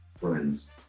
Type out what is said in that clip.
friends